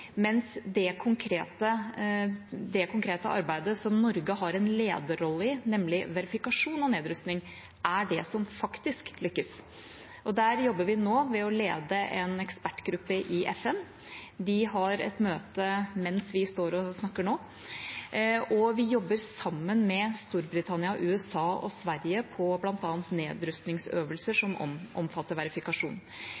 mens det konkrete arbeidet som Norge har en lederrolle i, nemlig verifikasjon av nedrustning, er det som faktisk lykkes. Der jobber vi nå ved å lede en ekspertgruppe i FN – de har et møte mens vi står og snakker nå – og vi jobber sammen med Storbritannia, USA og Sverige om bl.a. nedrustningsøvelser